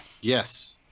Yes